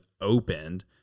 opened